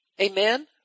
Amen